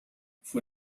fue